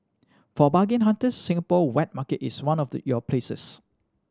for bargain hunters Singapore wet market is one of your places